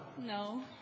No